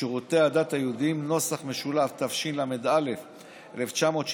שירותי הדת היהודיים , התשל"א 1971,